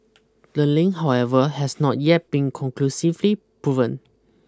the link however has not yet been conclusively proven